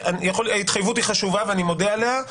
ההתחייבות היא חשובה ואני מודה עליה.